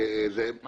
מה